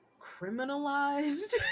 criminalized